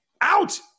out